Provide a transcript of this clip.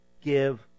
give